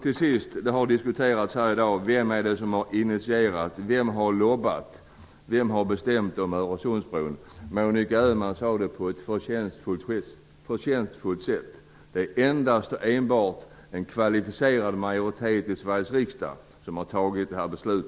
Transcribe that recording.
Till sist vill jag säga att man här i dag har diskuterat vem som har initierat Öresundsbroprojektet, vem har bedrivit lobbying, och vem har bestämt om det. Monica Öhman sade på ett förtjänstfullt sätt att det endast och enbart är en kvalificerad majoritet i Sveriges riksdag som har fattat detta beslut.